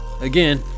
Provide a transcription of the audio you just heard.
again